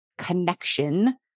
connection